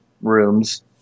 rooms